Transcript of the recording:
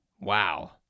Wow